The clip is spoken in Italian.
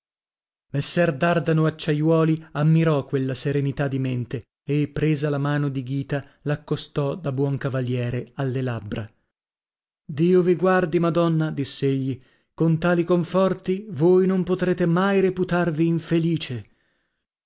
dardano acciaiuoli ammirò quella serenità di mente e presa la mano di ghita l'accostò da buon cavaliere alle labbra dio vi guardi madonna diss'egli con tali conforti voi non potrete mai reputarvi infelice